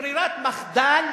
כברירת מחדל,